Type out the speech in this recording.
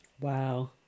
Wow